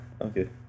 Okay